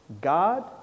God